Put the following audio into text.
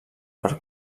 per